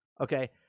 Okay